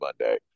Monday